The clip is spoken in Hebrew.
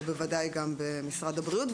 ובוודאי גם במשרד הבריאות,